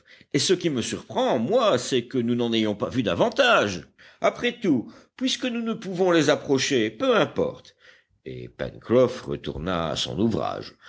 et ce qui me surprend moi c'est que nous n'en ayons pas vu davantage après tout puisque nous ne pouvons les approcher peu importe et pencroff retourna à son ouvrage